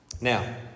Now